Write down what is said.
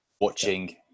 watching